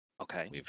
Okay